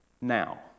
now